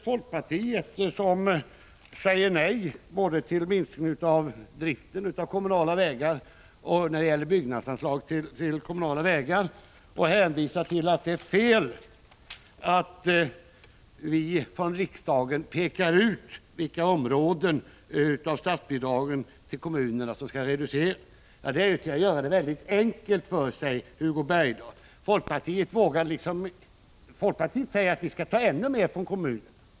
Folkpartiet, som säger nej både när det gäller minskning av anslaget till driften av kommunala vägar och när det gäller byggnadsanslag till kommunala vägar, hänvisar till att det är fel att vi från riksdagen pekar ut vilka områden av statsbidragen till kommunerna som skall reduceras. Det är att göra det väldigt enkelt för sig, Hugo Bergdahl. Folkpartiet säger att vi skall ta ännu mer från kommunerna.